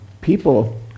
people